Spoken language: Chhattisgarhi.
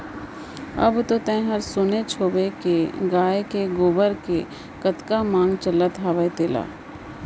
अब तो तैंहर सुनेच होबे के गाय के गोबर के कतका मांग चलत हवय तेला